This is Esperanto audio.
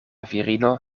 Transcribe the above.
virino